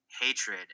hatred